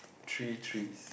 three threes